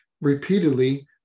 repeatedly